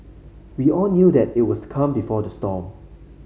we all knew that it was the calm before the storm